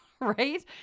right